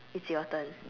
it's your turn